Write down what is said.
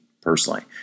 personally